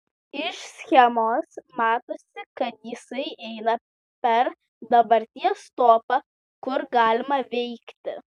iš schemos matosi kad jisai eina per dabarties topą kur galima veikti